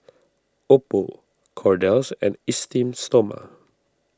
Oppo Kordel's and Esteem Stoma